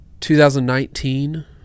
2019